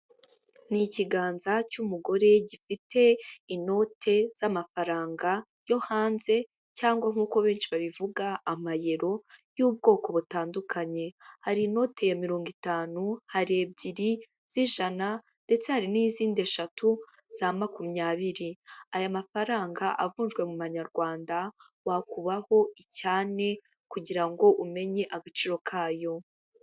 Ni ikiganza cy'umugore gifite inote z'amafaranga yo hanze cyangwa nk'uko benshi babivuga amayero y'ubwoko butandukanye. Hari inote ya mirongo itanu, hari ebyiri z'ijana ndetse hari n'izindi eshatu za makumyabiri. Aya mafaranga avunjwe mu manyarwanda, wakubaho icy'ane kugira ngo umenye agaciro kayo.